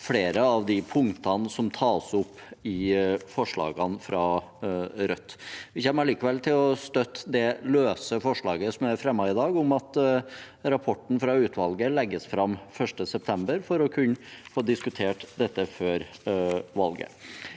flere av de punktene som tas opp i forslagene fra Rødt. Vi kommer likevel til å støtte det løse forslaget som er fremmet i dag, om at rapporten fra utvalget legges fram innen 1. september, for å kunne få diskutert dette før valget.